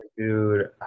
dude